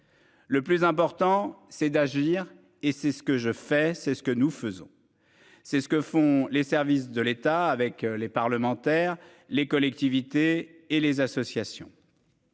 Le plus important c'est d'agir et c'est ce que je fais, c'est ce que nous faisons, c'est ce que font les services de l'État avec les parlementaires, les collectivités et les associations.